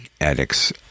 addicts